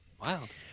Wild